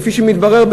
כפי שמתברר,